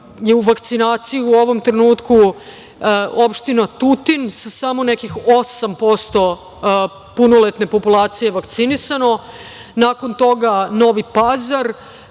je u vakcinaciji u ovom trenutku opština Tutin sa samo nekih 8% punoletne populacije vakcinisano. Nakon toga - Novi Pazar,